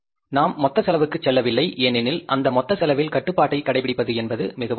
நாம் மொத்த செலவுக்கு செல்லவில்லை ஏனெனில் அந்த மொத்த செலவில் கட்டுப்பாட்டைக் கடைப்பிடிப்பது மிகவும் கடினம்